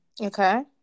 Okay